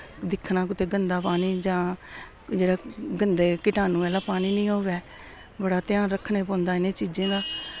दिक्खना कुतै गंदा पानी जां जेह्ड़ा गंदे कीटाणु आह्ला पानी नि होवै बड़ा ध्यान रक्खने पौंदा इ'नें चीजें दा